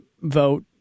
vote